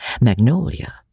Magnolia